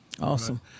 Awesome